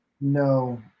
No